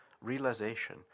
realization